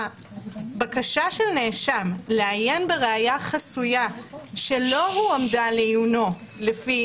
"בקשה של נאשם לעיין בראיה חסויה שלא הועמדה לעיונו לפי